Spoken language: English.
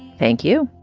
thank you